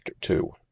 Two